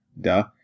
Duh